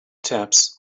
taps